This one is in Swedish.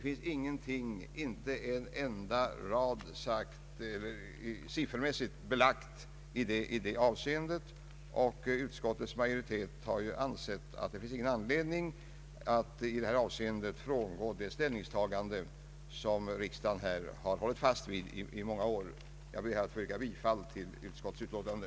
Inte en enda rad är siffermässigt belagd, och utskottets majoritet har inte ansett att det finns anledning att i det här avseendet frångå det ställningstagande som riksdagen har hållit fast vid i många År. Jag ber att få yrka bifall till utskottets utlåtande.